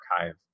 archive